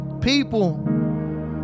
people